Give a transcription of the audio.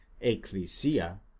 ecclesia